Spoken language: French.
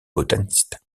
botaniste